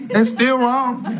and still wrong